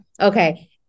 Okay